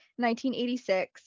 1986